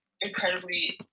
Incredibly